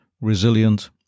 resilient